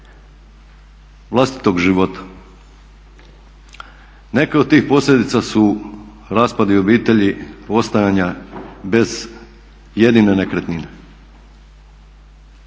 vlastitog života, neke od tih posljedica su raspadi obitelji, ostajanja bez jedine nekretnine.